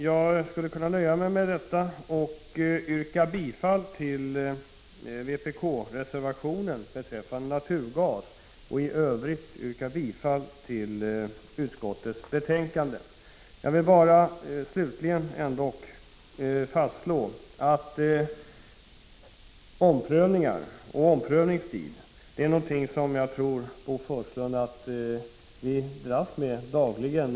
Jag nöjer mig med detta och yrkar bifall till vpk-reservationen beträffande naturgas och i övrigt bifall till utskottets förslag. Jag vill bara slutligen ändå fastslå att omprövningar och omprövningstid är någonting som vi dras med dagligen.